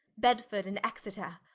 bedford and exeter,